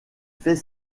fait